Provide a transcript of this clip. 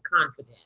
confident